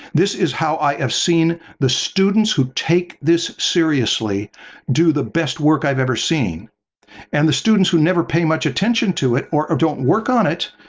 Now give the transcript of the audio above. this is how i have seen the students who take this seriously do the best work i've ever seen and the students who never pay much attention to it or don't work on it,